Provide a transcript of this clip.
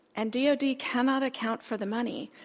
and dod cannot account for the money,